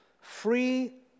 Free